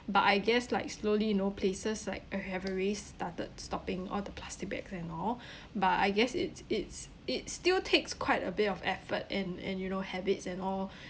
but I guess like slowly you know places like uh have already started stopping all the plastic bags and all but I guess it's it's it still takes quite a bit of effort and and you know habits and all